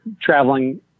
traveling